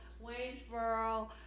Waynesboro